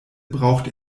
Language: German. braucht